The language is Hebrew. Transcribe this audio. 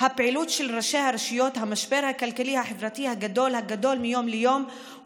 הפעילות של ראשי הרשויות והמשבר הכלכלי החברתי הגדל מיום ליום,